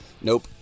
Nope